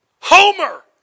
Homer